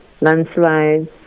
landslides